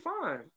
fine